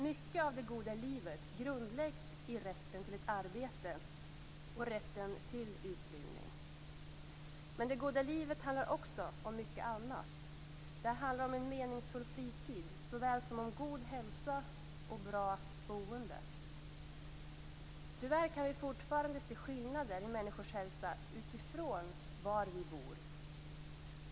Mycket av det goda livet grundläggs i rätten till ett arbete och rätten till utbildning. Men det goda livet handlar också om mycket annat. Det handlar om en meningsfull fritid såväl som om en god hälsa och bra boende. Tyvärr kan vi fortfarande se skillnader mellan människors hälsa utifrån var de bor.